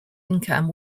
income